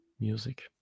music